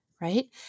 right